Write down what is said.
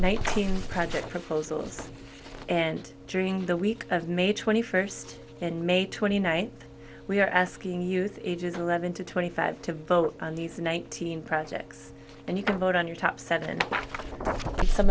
nineteen project for and during the week of may twenty first and may twenty ninth we are asking youth ages eleven to twenty five to vote on these nineteen projects and you can vote on your top seven some